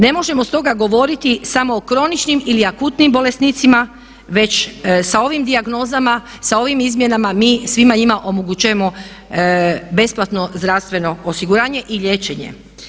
Ne možemo stoga govoriti samo o kroničnim ili akutnim bolesnicima već sa ovim dijagnozama, sa ovim izmjenama mi svima njima omogućujemo besplatno zdravstveno osiguranje i liječenje.